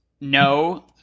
no